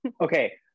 Okay